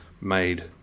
made